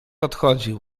odchodził